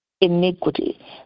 iniquity